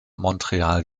montreal